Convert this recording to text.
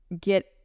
get